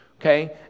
okay